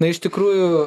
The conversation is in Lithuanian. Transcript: na iš tikrųjų